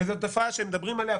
וזאת תופעה שמדברים עליה,